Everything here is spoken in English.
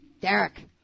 Derek